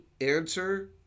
answer